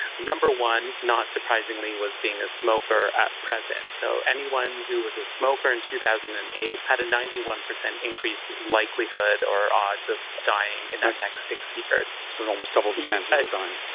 number one, not surprisingly, was being a smoker at present. so anyone who was a smoker in two thousand and eight had a ninety one percent increase likelihood or odds of dying in the next six years. so and almost double the chances of dying.